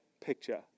picture